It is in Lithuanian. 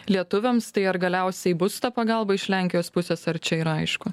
lietuviams tai ar galiausiai bus ta pagalba iš lenkijos pusės ar čia yra aišku